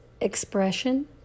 expression